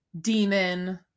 Demon